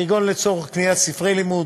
כגון לצורך קניית ספרי לימוד,